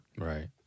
Right